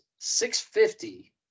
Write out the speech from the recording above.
650